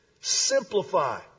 Simplify